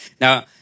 Now